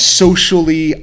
socially